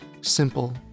simple